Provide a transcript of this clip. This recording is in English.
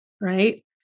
Right